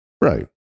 Right